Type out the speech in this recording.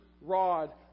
rod